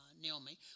Naomi